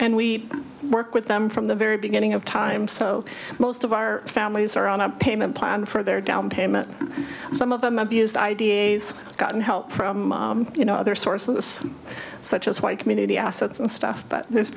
and we work with them from the very beginning of time so most of our families are on a payment plan for their down payment some of them abused i d s gotten help from you know other sources such as white community assets and stuff but there's